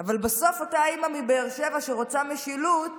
אבל בסוף אותה אימא מבאר שבע שרוצה משילות